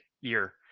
year